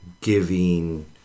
giving